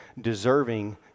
deserving